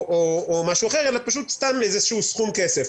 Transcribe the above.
אלא סתם סכום כסף.